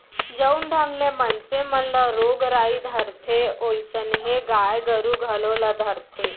जउन ढंग ले मनसे मन ल रोग राई धरथे वोइसनहे गाय गरू घलौ ल धरथे